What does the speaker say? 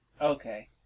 Okay